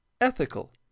ETHICAL